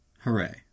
Hooray